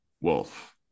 Wolf